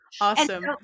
Awesome